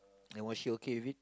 and was she okay with it